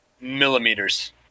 millimeters